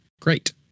great